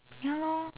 ya lor